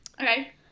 Okay